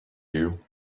you